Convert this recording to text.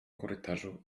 korytarzu